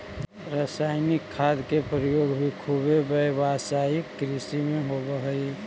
रसायनिक खाद के प्रयोग भी खुबे व्यावसायिक कृषि में होवऽ हई